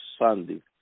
Sunday